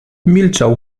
milczał